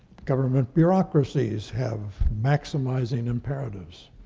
government bureaucracies have maximizing imperatives.